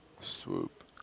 Swoop